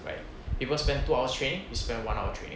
right people spend two hours training you spend one hour training